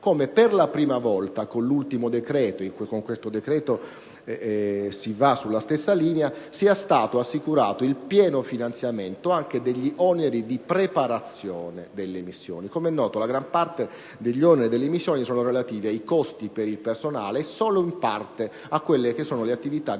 che per la prima volta con l'ultimo decreto - con questo si va sulla stessa linea - sia stato assicurato il pieno finanziamento anche degli oneri di preparazione delle missioni. Com'è noto, la gran parte degli oneri delle missioni sono relativi ai costi per il personale e, solo in parte, a quelli per le attività di preparazione